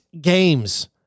games